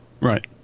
Right